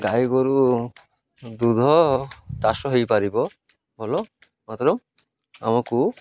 ଗାଈ ଗୋରୁ ଦୁଗ୍ଧ ଚାଷ ହେଇପାରିବ ଭଲ ମାତ୍ର ଆମକୁ